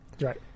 right